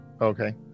Okay